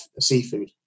seafood